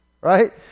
right